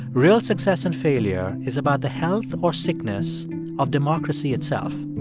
real success and failure is about the health or sickness of democracy itself.